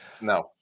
No